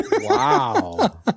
Wow